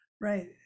Right